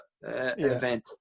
event